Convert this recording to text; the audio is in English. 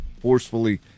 forcefully